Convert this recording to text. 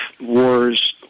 wars